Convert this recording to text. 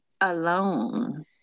alone